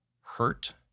hurt